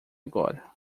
agora